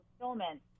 fulfillment